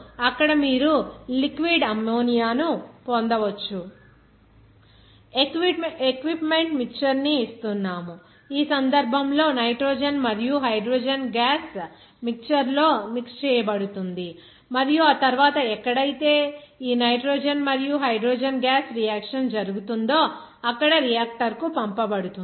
ఇక్కడ బ్రీఫ్ గా ఈ ప్రాసెస్ కోసం ఉపయోగించే మెయిన్ సిస్టమ్స్ లేదా ఎక్విప్మెంట్ మిక్చర్ ని ఇస్తున్నాము ఈ సందర్భంలో నైట్రోజన్ మరియు హైడ్రోజన్ గ్యాస్ మిక్చర్ లో మిక్స్ చేయబడుతుంది మరియు ఆ తరువాత ఎక్కడైతే ఈ నైట్రోజన్ మరియు హైడ్రోజన్ గ్యాస్ రియాక్షన్ జరుగుతుందో అక్కడ రియాక్టర్కు పంపబడుతుంది